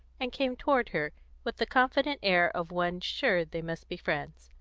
and came toward her with the confident air of one sure they must be friends.